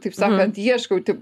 taip sakant ieškau tik